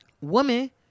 woman